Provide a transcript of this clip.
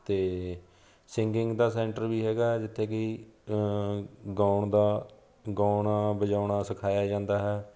ਅਤੇ ਸਿੰਗਿੰਗ ਦਾ ਸੈਂਟਰ ਵੀ ਹੈਗਾ ਜਿੱਥੇ ਕਿ ਗਾਉਣ ਦਾ ਗਾਉਣਾ ਵਜਾਉਣਾ ਸਿਖਾਇਆ ਜਾਂਦਾ ਹੈ